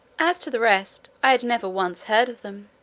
as to the rest, i had never once heard of them.